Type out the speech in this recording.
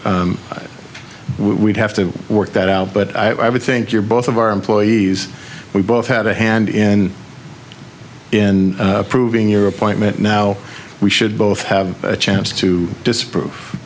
america we'd have to work that out but i would think you're both of our employees we both had a hand in in proving your appointment now we should both have a chance to disapprove